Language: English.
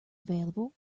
available